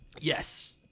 Yes